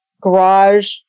garage